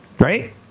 Right